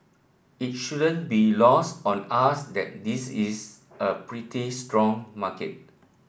it shouldn't be lost on us that this is a pretty strong market